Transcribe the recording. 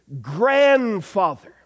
grandfather